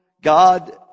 God